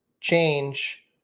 change